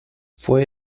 fue